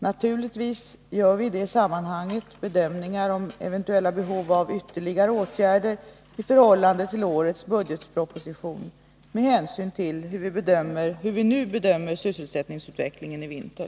Naturligtvis gör vi i det sammanhanget bedömningar om eventuella behov av ytterligare åtgärder i förhållande till årets budgetproposition med hänsyn till hur vi nu bedömer sysselsättningsutvecklingen i vinter.